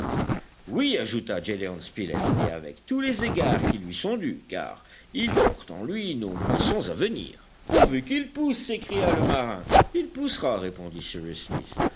oui ajouta gédéon spilett et avec tous les égards qui lui sont dus car il porte en lui nos moissons à venir pourvu qu'il pousse s'écria le marin il poussera répondit cyrus smith